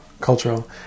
cultural